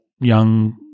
young